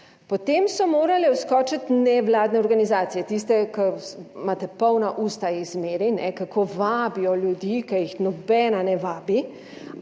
Potem so morale vskočiti nevladne organizacije, tiste, ki imate polna usta je zmeraj, kako vabijo ljudi, ki jih nobena ne vabi,